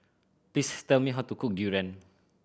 please tell me how to cook durian